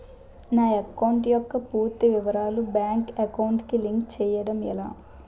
నా అకౌంట్ యెక్క పూర్తి వివరాలు బ్యాంక్ అకౌంట్ కి లింక్ చేయడం ఎలా?